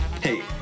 hey